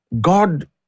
God